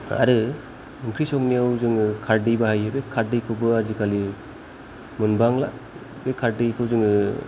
आरो ओंख्रि संनायाव जोङो खारदै बाहायो बे खारदैखौबो आजिखालि मोनबांला बे खारदैखौ जोङो